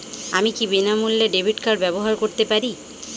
আমি কি বিনামূল্যে ডেবিট কার্ড ব্যাবহার করতে পারি?